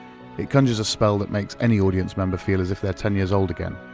it conjures a spell that makes any audience member feel as if they're ten years old again,